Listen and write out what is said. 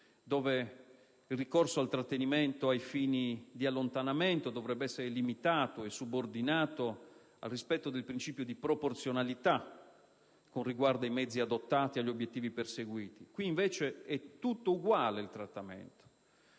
che «il ricorso al trattenimento ai fini dell'allontanamento dovrebbe essere limitato e subordinato al rispetto del principio di proporzionalità con riguardo ai mezzi adottati e agli obiettivi perseguiti. Il trattenimento